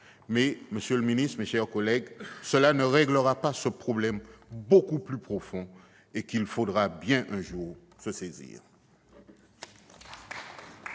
secrétaire d'État, mes chers collègues, cela ne réglera pas ce problème, beaucoup plus profond et dont il faudra bien, un jour, se saisir.